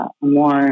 more